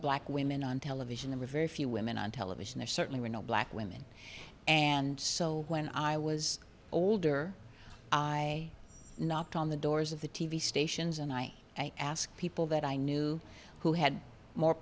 black women on television the rivera few women on television there certainly were no black women and so when i was older i knocked on the doors of the t v stations and i asked people that i knew who had more